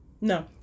no